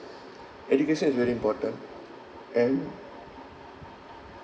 education is very important and